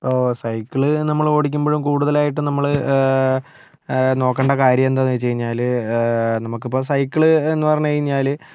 ഇപ്പോൾ സൈക്കിൾ നമ്മൾ ഓടിക്കുമ്പോഴും കൂടുതലായിട്ട് നമ്മൾ നോക്കേണ്ട കാര്യം എന്താണെന്ന് വെച്ചുകഴിഞ്ഞാൽ നമുക്കിപ്പോൾ സൈക്കിൾ എന്ന് പറഞ്ഞു കഴിഞ്ഞാൽ